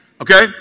Okay